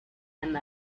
and